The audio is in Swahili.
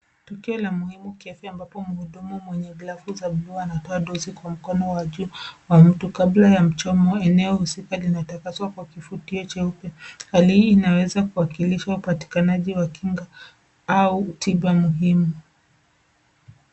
Tukio la muhimu kiafya ambapo mhudumu mwenye glavu za bluu anatoa does kwa mkono wa juu wa mtu. Kabla ya mchomo, eneo husika linatakaswa kwa kifutio cheupe. Hali hii inaweza kuwakilisha upatikanaji wa kinga au tiba muhimu.